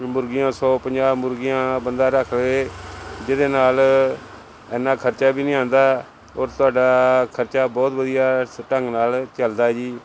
ਮੁਰਗੀਆਂ ਸੌ ਪੰਜਾਹ ਮੁਰਗੀਆਂ ਬੰਦਾ ਰੱਖ ਲਏ ਜਿਹਦੇ ਨਾਲ ਇੰਨਾ ਖਰਚਾ ਵੀ ਨਹੀਂ ਆਉਂਦਾ ਔਰ ਤੁਹਾਡਾ ਖਰਚਾ ਬਹੁਤ ਵਧੀਆ ਢੰਗ ਨਾਲ ਚੱਲਦਾ ਜੀ